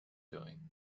doing